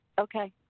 Okay